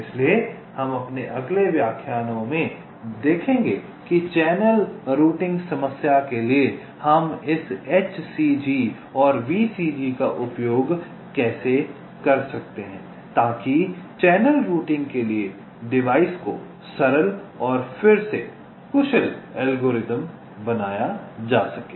इसलिए हम अपने अगले व्याख्यानों में बाद में देखेंगे कि चैनल रूटिंग समस्या के लिए हम इस HCG और VCG का उपयोग कैसे कर सकते हैं ताकि चैनल रूटिंग के लिए डिवाइस को सरल और फिर से कुशल एल्गोरिदम बनाया जा सके